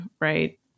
right